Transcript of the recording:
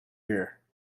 here